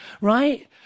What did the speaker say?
right